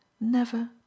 Never